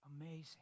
amazing